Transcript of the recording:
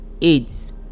AIDS